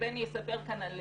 בני יספר כאן על